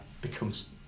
becomes